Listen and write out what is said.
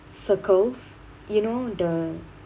Circles you know the